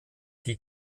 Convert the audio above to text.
die